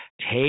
take